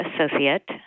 associate